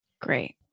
Great